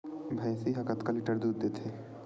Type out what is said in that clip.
भंइसी हा कतका लीटर दूध देथे?